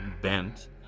bent